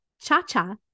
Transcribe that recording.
Cha-Cha